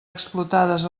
explotades